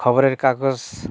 খবরের কাগজ